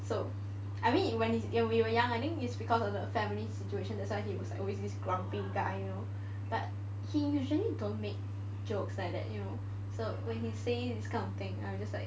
so I mean when we were young I think it's because of the family situation that's why he was always this grumpy guy you know but he usually don't make jokes like that you know so when he say this kind of thing I just like